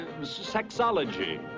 sexology